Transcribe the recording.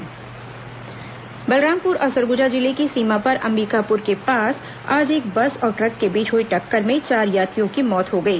दुर्घटना बलरामपुर और सरगुजा जिले की सीमा पर अंबिकापुर के पास आज एक बस और ट्रक के बीच हई टक्कर में चार यात्रियों की मौत हो गई